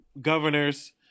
Governors